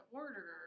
order